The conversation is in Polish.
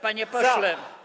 Panie pośle.